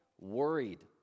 worried